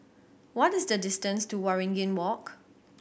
what is the distance to Waringin Walk